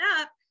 up